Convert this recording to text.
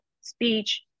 Speech